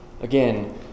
Again